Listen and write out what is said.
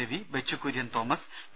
Ravi Bechu Kurian Thomas P